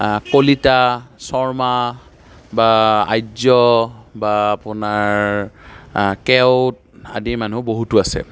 কলিতা শৰ্মা বা আৰ্য্য বা আপোনাৰ কেওঁট আদিৰ মানুহ বহুতো আছে